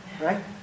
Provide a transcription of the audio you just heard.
Right